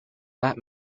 that